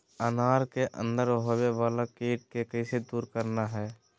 अनार के अंदर होवे वाला कीट के कैसे दूर करना है?